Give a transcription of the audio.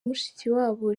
mushikiwabo